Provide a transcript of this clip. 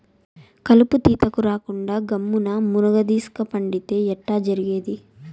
కలుపు తీతకు రాకుండా గమ్మున్న మున్గదీస్క పండితే ఎట్టా జరిగేది